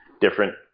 different